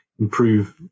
improve